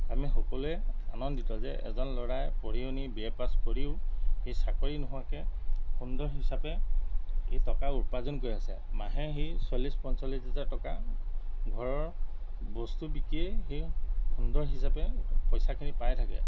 আমি সকলোৱে আনন্দিত যে এজন ল'ৰাই পঢ়ি শুনি বি এ পাছ কৰিও সেই চাকৰি নোহোৱাকৈ সুন্দৰ হিচাপে এই টকাৰ উৎপাৰ্জন কৰি আছে মাহে সি চল্লিছ পঞ্চল্লিছ হাজাৰ টকা ঘৰৰ বস্তু বিকিয়েই সি সুন্দৰ হিচাপে পইচাখিনি পাই থাকে